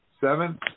Seven